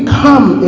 come